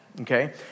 okay